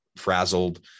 frazzled